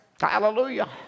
Hallelujah